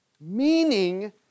Meaning